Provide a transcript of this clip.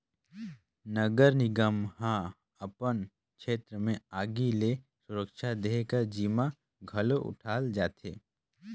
नगर निगम ह अपन छेत्र में आगी ले सुरक्छा देहे कर जिम्मा घलो उठाल जाथे